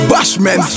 BASHMAN